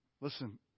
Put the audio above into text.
Listen